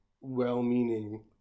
well-meaning